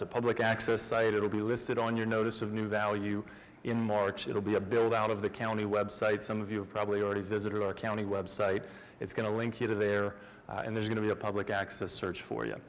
a public access site it will be listed on your notice of new value in march it will be a build out of the county website some of you have probably already visited our county website it's going to link you to there and there's going to be a public access search for ya